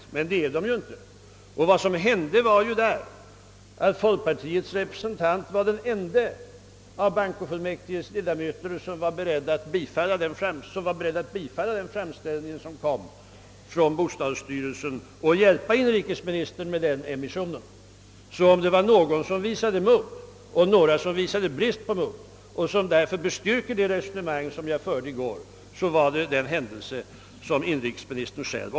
Protokollen är ej sekretessbelagda och det som inträffade var att folkpartiets representant var den ende av bankofullmäktiges ledamöter som var beredd att biträda bostadsstyrelsens framställning och hjälpa inrikesministern med den emissionen. Mitt resonemang i går bestyrks alltså av den händelse som inrikesministern själv omnämnde. Det var sannerligen inte socialdemokraterna som var modiga den gången.